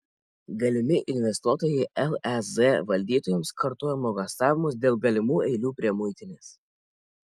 galimi investuotojai lez valdytojams kartojo nuogąstavimus dėl galimų eilių prie muitinės